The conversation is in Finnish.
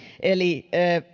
eli